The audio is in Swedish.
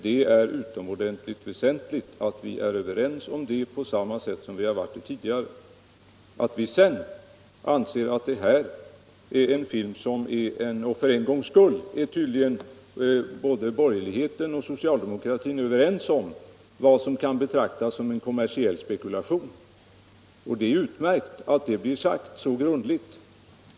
Det är utomordentligt väsentligt att vi är överens om dem nu som tidigare. I det här fallet är tydligen borgerligheten och socialdemokratin för en gångs skull ense om vad som kan betraktas som en kommersiell spekulation, och det är utmärkt att det blir sagt så tydligt.